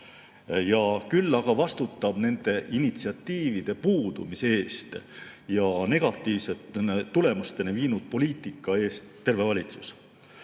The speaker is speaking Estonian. Ja küll aga vastutab nende initsiatiivide puudumise ja negatiivsete tulemusteni viinud poliitika eest terve valitsus.